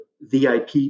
VIP